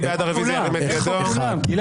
מי בעד הרוויזיה, ירים את ידו?